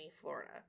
Florida